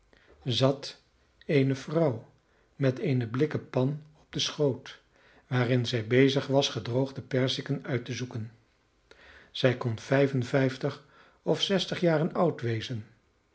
zat eene vrouw met eene blikken pan op den schoot waarin zij bezig was gedroogde perziken uit te zoeken zij kon vijf en vijftig of zestig jaren oud wezen